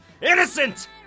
innocent